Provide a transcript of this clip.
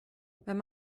wenn